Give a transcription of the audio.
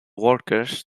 workers